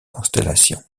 constellation